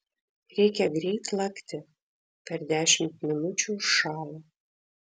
reikia greit lakti per dešimt minučių užšąla